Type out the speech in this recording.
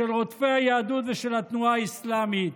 של רודפי היהדות ושל התנועה האסלאמית.